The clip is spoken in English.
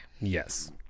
yes